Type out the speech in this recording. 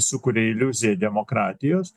sukuria iliuziją demokratijos